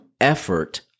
effort